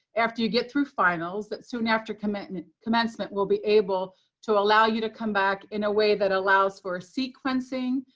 after you get through finals, that soon after commencement, we'll be able to allow you to come back in a way that allows for sequencing,